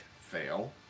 Fail